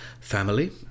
family